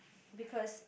because